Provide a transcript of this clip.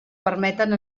permeten